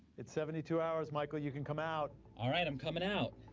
it's seventy two hours, michael. you can come out. all right, i'm coming out.